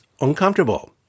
uncomfortable